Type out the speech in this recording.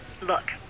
Look